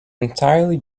entirely